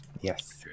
Yes